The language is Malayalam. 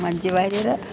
മഞ്ജു വാര്യർ